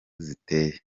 ziteye